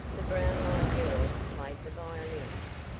the brownlie girls played the violins.